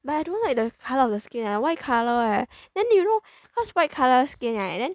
but I don't like the color of the skin ah white colour eh then you know cause white color skin right and then